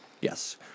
Yes